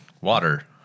Water